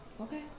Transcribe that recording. Okay